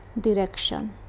direction